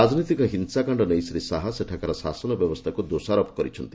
ରାଜନୈତିକ ହିଂସାକାଣ୍ଡ ନେଇ ଶ୍ରୀ ଶାହା ସେଠାକାର ଶାସନ ବ୍ୟବସ୍ଥାକ୍ର ଦୋଷାରୋପ କରିଛନ୍ତି